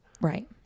Right